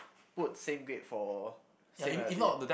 put same grade for same reality